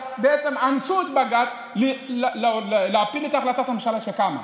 בעצם אנסו את בג"ץ להפיל את החלטת הממשלה שקמה.